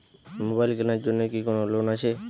Mobile কেনার জন্য কি কোন লোন আছে?